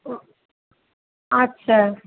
ও আচ্ছা